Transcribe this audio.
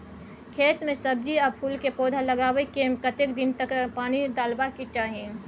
खेत मे सब्जी आ फूल के पौधा लगाबै के कतेक दिन तक पानी डालबाक चाही?